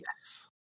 yes